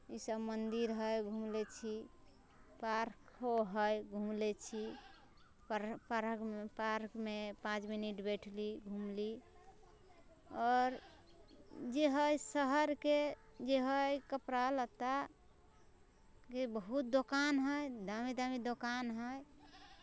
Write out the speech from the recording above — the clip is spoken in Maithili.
ई सब मन्दिर हय घूम ले छी पार्को हय घूम ले छी पार पार पार्कमे पाँच मिनट बैठली घुमली आओर जे हय शहरके जे हय कपड़ा लत्ता बहुत दोकान हय दामी दामी दोकान हय